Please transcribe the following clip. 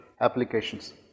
applications